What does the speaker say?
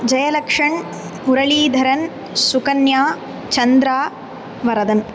Jayalakshan Muralidharan Sukanya Chandra Varadan